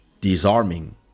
disarming